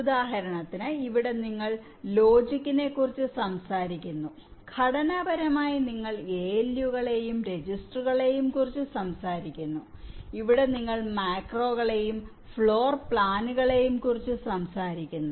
ഉദാഹരണത്തിന് ഇവിടെ നിങ്ങൾ ഇവിടെ ലോജിക്കിനെ കുറിച്ചു സംസാരിക്കുന്നു ഘടനാപരമായി നിങ്ങൾ ALU കളെയും രജിസ്റ്ററുകളെയും കുറിച്ച് സംസാരിക്കുന്നു ഇവിടെ നിങ്ങൾ മാക്രോകളെയും ഫ്ലോർ പ്ലാനുകളെയും കുറിച്ച് സംസാരിക്കുന്നു